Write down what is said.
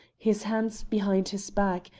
his hands behind his back,